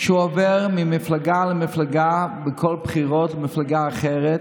שעובר ממפלגה למפלגה, בכל בחירות למפלגה אחרת,